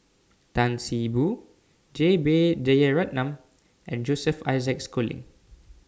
Tan See Boo J B Jeyaretnam and Joseph Isaac Schooling